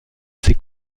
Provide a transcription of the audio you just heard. ces